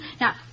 Now